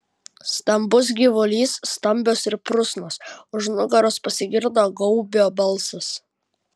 stambus gyvulys stambios ir prusnos už nugaros pasigirdo gaubio balsas